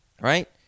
Right